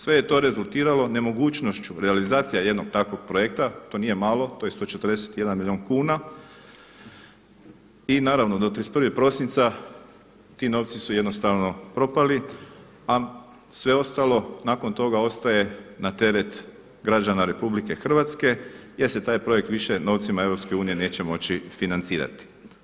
Sve je to rezultiralo nemogućnošću realizacija jednog takvog projekta, to nije malo, to je 141 milijun kuna i naravno do 31. prosinca ti novci su jednostavno propali a sve ostalo nakon toga ostaje na teret građana RH jer se taj projekt više novcima EU neće moći financirati.